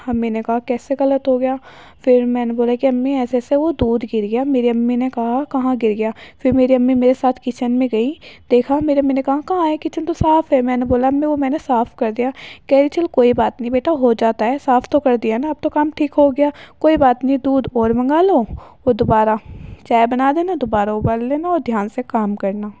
امی نے کہا کیسے غلط ہو گیا پھر میں نے بولا کہ امی ایسے ایسے وہ دودھ گر گیا میری امی نے کہا کہاں گر گیا پھر میری امی میرے ساتھ کچن میں گئی دیکھا میری امی نے کہا کہاں ہے کچن تو صاف ہے میں نے بولا امی وہ میں نے صاف کر دیا کہہ رہی ہیں چل کوئی بات نہیں بیٹا ہو جاتا ہے صاف تو کر دیا نا اب تو کام ٹھیک ہو گیا کوئی بات نہیں دودھ اور منگا لو اور دوبارہ چائے بنا دینا دوبارہ ابال لینا اور دھیان سے کام کرنا